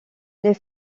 les